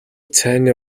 цайны